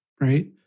right